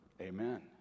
Amen